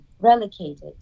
relocated